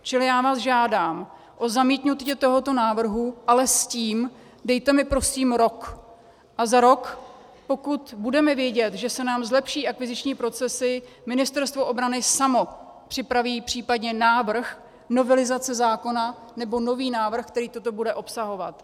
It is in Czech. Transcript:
Čili já vás žádám o zamítnutí tohoto návrhu, ale s tím, dejte mi prosím rok a za rok, pokud budeme vědět, že se nám zlepší akviziční procesy, Ministerstvo obrany samo připraví případně návrh novelizace zákona nebo nový návrh, který toto bude obsahovat.